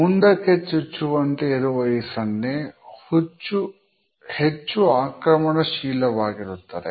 ಮುಂದಕ್ಕೆ ಚುಚ್ಚುವಂತೆ ಇರುವ ಈ ಸನ್ನೆ ಹೆಚ್ಚು ಆಕ್ರಮಣಶೀಲವಾಗಿರುತ್ತದೆ